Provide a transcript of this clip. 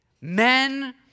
Men